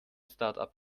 startup